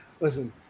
Listen